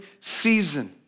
season